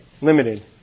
Limited